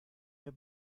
mir